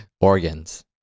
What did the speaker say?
Organs